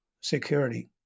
security